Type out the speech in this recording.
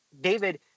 David